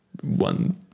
one